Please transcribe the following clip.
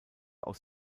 aus